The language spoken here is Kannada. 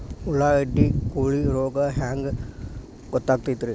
ಉಳ್ಳಾಗಡ್ಡಿ ಕೋಳಿ ರೋಗ ಹ್ಯಾಂಗ್ ಗೊತ್ತಕ್ಕೆತ್ರೇ?